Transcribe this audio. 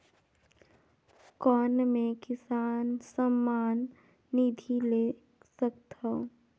कौन मै किसान सम्मान निधि ले सकथौं?